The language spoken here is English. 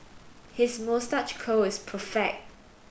his moustache curl is perfect